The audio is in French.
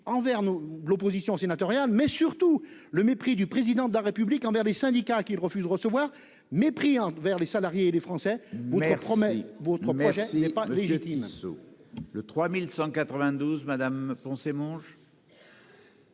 et l'opposition sénatoriale, mais surtout le mépris du Président de la République envers les syndicats, qu'il refuse de recevoir, et envers les salariés et les Français. Votre projet n'est pas légitime